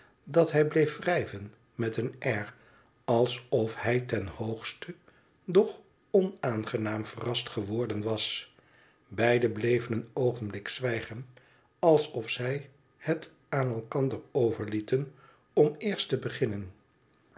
dat hij bleef wrijven met een air alsof hij ten hoogste doch onaangenaam verrast geworden was beiden bleven een oogenblik zwijgen alsof zij het aan elkander overlieten om eerst te beginnen